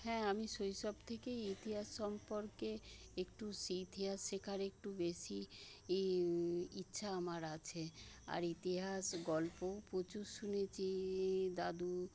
হ্যাঁ আমি শৈশব থেকেই ইতিহাস সম্পর্কে একটু ইতিহাস শেখার একটু বেশি ইচ্ছা আমার আছে আর ইতিহাস গল্প প্রচুর শুনেছি দাদু